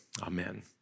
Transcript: Amen